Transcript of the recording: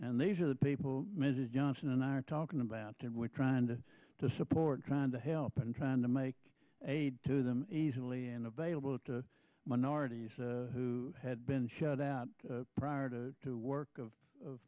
and these are the people mrs johnston and i are talking about that we're trying to to support trying to help and trying to make a to them easily and available to minorities who had been shut out prior to to work of